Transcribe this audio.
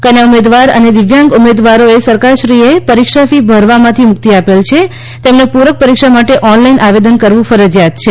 કન્યા ઉમેદવાર અને દિવ્યાંગ ઉમેદવારોને સરકારશ્રીએ પરીક્ષા ફી ભરવામાંથી મુક્તિ આપેલ છે તેમણે પૂરક પરીક્ષા માટે ઓનલાઇન આવેદન કરવું ફરજીયાત છે